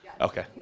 Okay